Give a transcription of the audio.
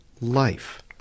life